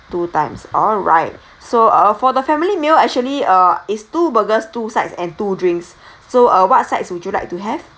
two times alright so uh for the family meal actually uh it's two burgers two sides and two drinks so uh what sides would you like to have